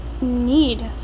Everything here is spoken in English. need